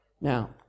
Now